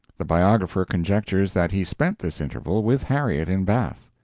the biographer conjectures that he spent this interval with harriet in bath.